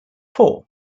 four